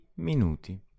minuti